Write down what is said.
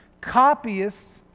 copyists